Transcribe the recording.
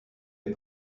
est